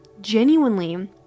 genuinely